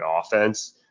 offense